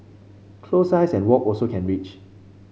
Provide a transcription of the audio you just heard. close eyes and walk also can reach